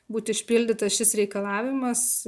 būti išpildytas šis reikalavimas